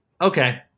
Okay